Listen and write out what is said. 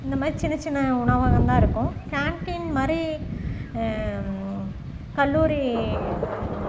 இந்த மாதிரி சின்ன சின்ன உணவகம் தான் இருக்கும் கேன்டீன் மாதிரி கல்லூரி